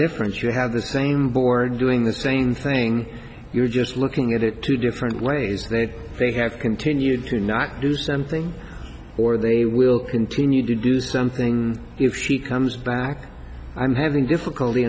difference you have the same board doing the same thing you're just looking at it two different ways that they have continued to not do something or they will continue to do something if she comes back i'm having difficulty